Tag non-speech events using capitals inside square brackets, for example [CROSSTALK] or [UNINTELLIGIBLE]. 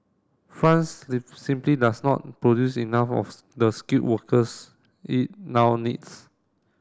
France [UNINTELLIGIBLE] simply does not produce enough of [UNINTELLIGIBLE] the skilled workers it now needs